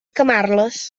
camarles